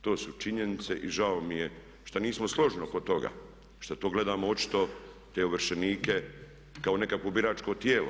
To su činjenice i žao mi je što nismo složni oko toga, šta to gledamo očito te ovršenike kao nekakvo biračko tijelo.